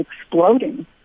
exploding